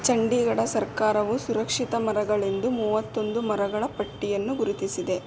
ಚಂಡೀಗಢ ಸರ್ಕಾರವು ಸುರಕ್ಷಿತ ಮರಗಳೆಂದು ಮೂವತ್ತೊಂದು ಮರಗಳ ಪಟ್ಟಿಯನ್ನು ಗುರುತಿಸಿದೆ